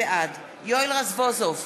בעד יואל רזבוזוב,